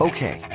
Okay